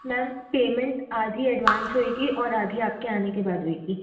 ma'am payment आधी advance होगी और आधी आपके आने के बाद होगी